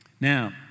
Now